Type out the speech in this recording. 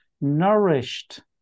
nourished